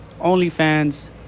OnlyFans